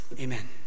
Amen